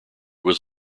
was